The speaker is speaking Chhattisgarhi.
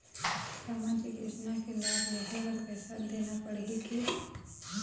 सामाजिक योजना के लाभ लेहे बर पैसा देना पड़ही की?